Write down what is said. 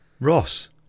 Ross